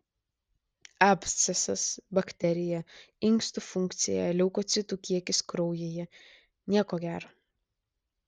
abscesas bakterija inkstų funkcija leukocitų kiekis kraujyje nieko gero